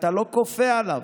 אתה לא כופה עליו.